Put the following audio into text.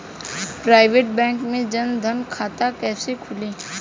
Private bank मे जन धन खाता कैसे खुली?